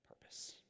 purpose